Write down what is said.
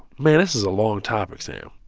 man, this is a long topic, sam